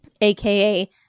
aka